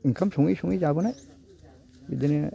ओंखाम सङै सङै जाबोनाय बिदिनो